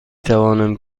توانم